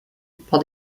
par